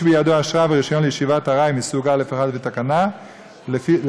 שבידו אשרה ורישיון לישיבת ארעי מסוג א/1 לתקנות הכניסה,